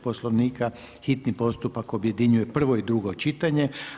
Poslovnika hitni postupak objedinjuje prvo i drugo čitanje.